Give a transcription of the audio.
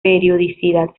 periodicidad